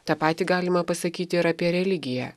tą patį galima pasakyti ir apie religiją